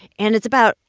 and it's about,